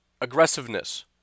aggressiveness